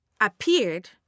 appeared